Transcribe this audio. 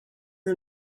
are